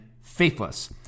faithless